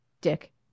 Dick